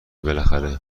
بالاخره